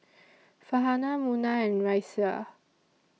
Farhanah Munah and Raisya